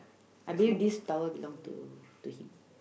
I believe this towel belong to to him